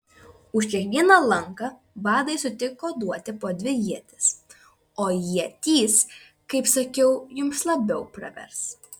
už kiekvieną lanką vadai sutiko duoti po dvi ietis o ietys kaip sakiau jums labiau pravers